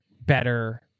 better